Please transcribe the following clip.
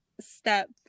step